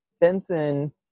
benson